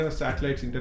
satellites